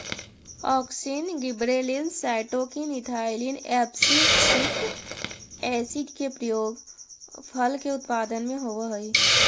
auxin, gibberellins, cytokinin, ethylene, abscisic acid के उपयोग फल के उत्पादन में होवऽ हई